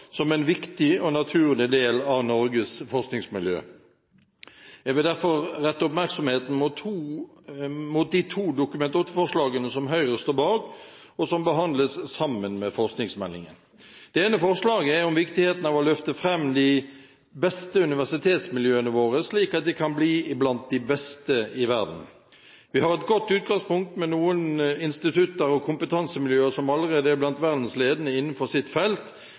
som en viktig og naturlig del av Norges forskningsmiljø. Jeg vil derfor rette oppmerksomheten mot de to Dokument 8-forslagene som Høyre står bak, og som behandles sammen med forskningsmeldingen. Det ene forslaget dreier seg om viktigheten av å løfte fram de beste universitetsmiljøene våre, slik at de kan bli blant de beste i verden. Vi har et godt utgangspunkt med noen institutter og kompetansemiljøer som allerede er blant verdens ledende innenfor sine felt,